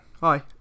Hi